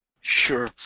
Sure